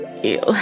Ew